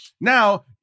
Now